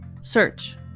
search